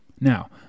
Now